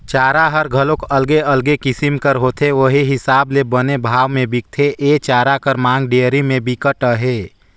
चारा हर घलोक अलगे अलगे किसम कर होथे उहीं हिसाब ले बने भाव में बिकथे, ए चारा कर मांग डेयरी में बिकट अहे